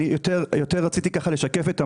אני רציתי יותר לשקף את המצב.